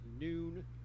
noon